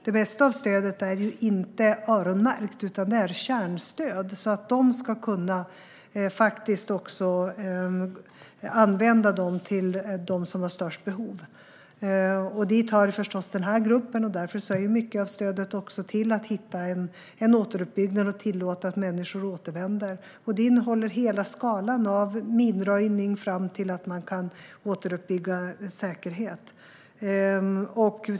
Det mesta av stödet är inte öronmärkt, utan det är kärnstöd så att man faktiskt ska kunna använda det till dem som har störst behov. Dit hör förstås den här gruppen, och därför är mycket av stödet till för att hitta vägar till en återuppbyggnad och till att tillåta att människor återvänder. Det innehåller hela skalan från minröjning till att man kan återuppbygga säkerhet.